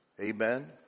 Amen